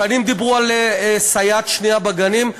שנים דיברו על סייעת שנייה בגנים,